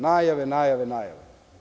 Najave, najave, najave.